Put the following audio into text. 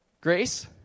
Grace